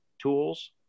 tools